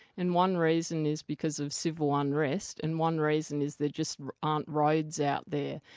and one reason is because of civil unrest and one reason is there just aren't roads out there.